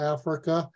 Africa